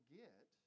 get